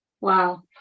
Wow